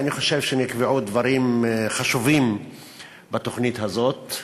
אני חושב שנקבעו דברים חשובים בתוכנית הזאת,